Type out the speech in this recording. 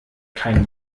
kein